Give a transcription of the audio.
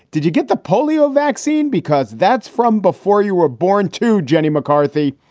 did you get the polio vaccine? because that's from before you were born to jenny mccarthy.